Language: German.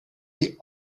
die